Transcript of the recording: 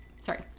Sorry